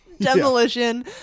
Demolition